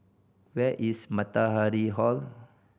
where is Matahari Hall